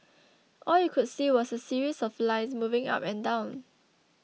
all you could see was a series of lines moving up and down